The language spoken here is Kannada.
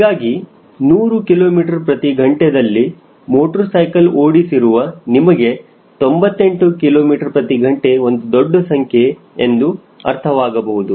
ಹೀಗಾಗಿ 100 kmhದಲ್ಲಿ ಮೋಟರ್ ಸೈಕಲ್ ಓಡಿಸಿರುವ ನಿಮಗೆ 98 kmh ಒಂದು ದೊಡ್ಡ ಸಂಖ್ಯೆ ಎಂದು ಅರ್ಥವಾಗಬಹುದು